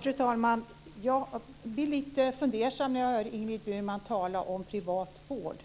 Fru talman! Jag blir lite fundersam när jag hör Ingrid Burman tala om privat vård.